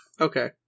Okay